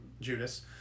Judas